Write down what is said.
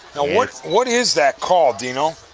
what what is that called you know